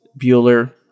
Bueller